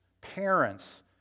parents